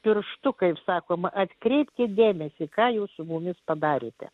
pirštu kaip sakoma atkreipkit dėmesį ką jūs su mumis padarėte